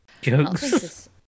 Jokes